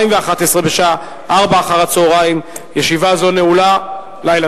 התשע"א 2011, שהחזירה ועדת